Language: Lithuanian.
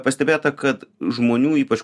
pastebėta kad žmonių ypač